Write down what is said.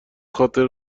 خاطره